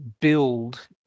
build